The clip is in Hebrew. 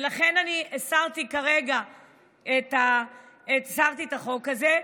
ולכן הסרתי כרגע את החוק הזה.